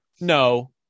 no